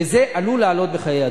וזה עלול לעלות בחיי-אדם.